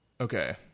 Okay